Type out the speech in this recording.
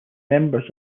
members